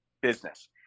business